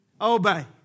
obey